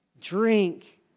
drink